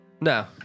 No